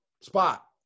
spot